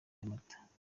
nyamata